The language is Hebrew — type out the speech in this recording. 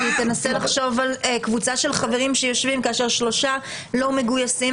כי תנסה לחשוב על קבוצה של חברים שיושבים כאשר שלושה לא מגויסים,